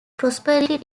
prosperity